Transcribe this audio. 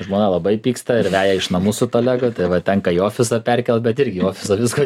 žmona labai pyksta ir veja iš namų su tuo lego tai va tenka į ofisą perkelt bet irgi ofise visko